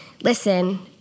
Listen